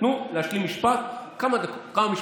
תנו להשלים משפט כמה דקות, כמה משפטים.